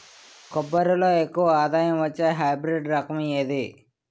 కొబ్బరి లో ఎక్కువ ఆదాయం వచ్చే హైబ్రిడ్ రకం ఏది?